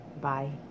Bye